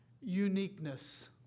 uniqueness